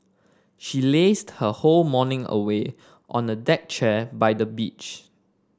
she lazed her whole morning away on a deck chair by the beach